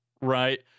right